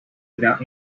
without